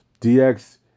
DX